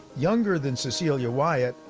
younger than cecilia wyatt,